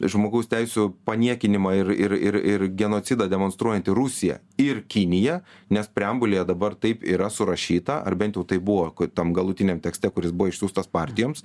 žmogaus teisių paniekinimą ir ir ir ir genocidą demonstruojanti rusija ir kinija nes preambulėje dabar taip yra surašyta ar bent jau tai buvo tam galutiniam tekste kuris buvo išsiųstas partijoms